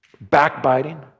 backbiting